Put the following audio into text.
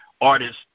artists